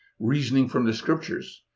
reasoning from the scriptures,